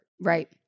right